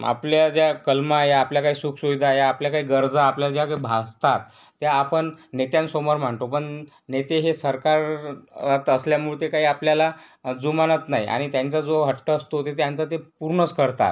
आपल्या ज्या कलमा आहे आपल्या काय सुखसुविधा आहे आपल्या काही गरजा आपल्याला ज्या काही भासतात त्या आपण नेत्यांसमोर मांडतो पण नेते हे सरकारात असल्यामुळे ते काही आपल्याला जुमानत नाही आणि त्यांचा जो हट्ट असतो ते त्यांचा ते पूर्णच करतात